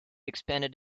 expanded